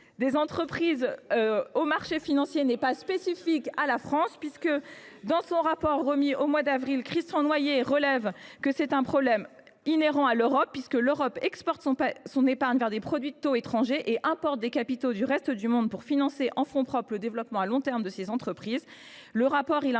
des entreprises aux marchés financiers n’est pas spécifique à la France, puisque, dans son rapport remis au Gouvernement au mois d’avril dernier, Christian Noyer relève que ce problème est généralisé en Europe : notre continent exporte son épargne vers des produits de taux étrangers et importe des capitaux du reste du monde pour financer en fonds propres le développement à long terme de ses entreprises.